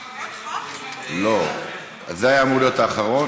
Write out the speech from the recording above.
עוד אחד ועוד אחד,